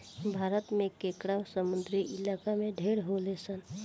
भारत में केकड़ा समुंद्री इलाका में ढेर होलसन